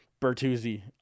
Bertuzzi